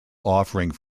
offering